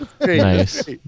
Nice